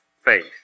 faith